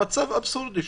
המצב אבסורדי שם.